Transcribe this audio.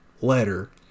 letter